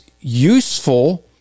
useful